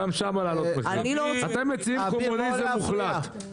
אתם מציעים קומוניזם מוחלט.